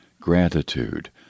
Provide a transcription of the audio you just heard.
gratitude